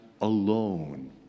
alone